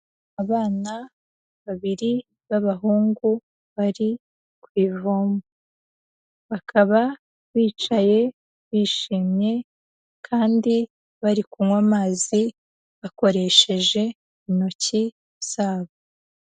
Abana babiri b'abahungu bari ku ivomo, bakaba bicaye bishimye kandi bari kunywa amazi bakoresheje intoki zabo.